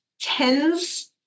tens